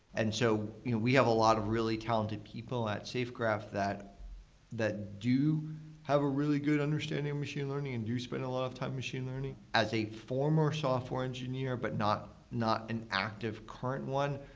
and so we have a lot of really talented people at safegraph that that do have a really good understanding machine learning and do spend a lot of time machine learning. as a former software engineer, but not an an active current one,